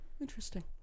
Interesting